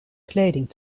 kleding